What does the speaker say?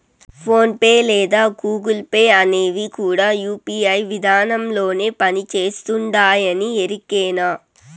phone pay లేదా Google pay అనేవి కూడా యూ.పీ.ఐ విదానంలోనే పని చేస్తుండాయని ఎరికేనా